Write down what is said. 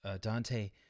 Dante